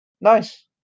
Nice